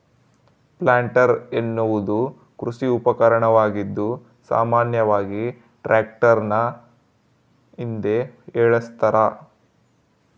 planter ಎನ್ನುವುದು ಕೃಷಿ ಉಪಕರಣವಾಗಿದ್ದು ಸಾಮಾನ್ಯವಾಗಿ ಟ್ರಾಕ್ಟರ್ನ ಹಿಂದೆ ಏಳಸ್ತರ